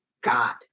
God